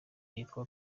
yitwa